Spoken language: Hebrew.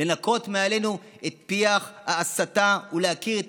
לנקות מעלינו את פיח ההסתה ולהכיר את